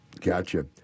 Gotcha